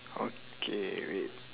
okay wait